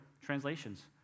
translations